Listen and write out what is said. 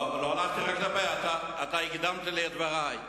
אתה מקדים את דברי.